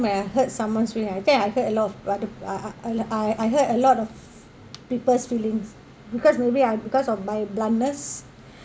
when I hurt someone's feeling I think I hurt a lot of other uh uh I I hurt a lot of people's feelings because maybe I because of my bluntness